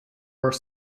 were